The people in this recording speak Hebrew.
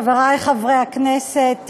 חברי חברי הכנסת,